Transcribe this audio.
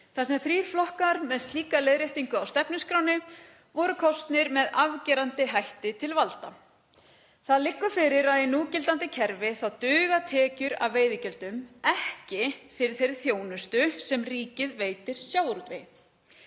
þar sem þrír flokkar með slíka leiðréttingu á stefnuskránni voru kosnir með afgerandi hætti til valda. Það liggur fyrir að í núgildandi kerfi þá duga tekjur af veiðigjöldum ekki fyrir þeirri þjónustu sem ríkið veitir sjávarútvegi,